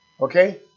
Okay